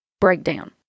breakdown